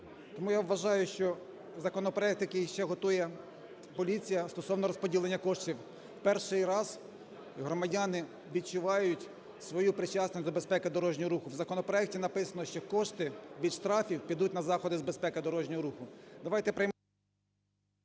Тому я вважаю, що законопроект, який ще готує поліція, стосовно розподілення коштів… перший раз громадяни відчувають свою причасність до безпеки дорожнього руху. В законопроекті написано, що кошти від штрафів підуть на заходи з безпеки дорожнього руху.